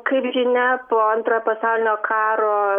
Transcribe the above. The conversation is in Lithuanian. kaip žinia po antrojo pasaulinio karo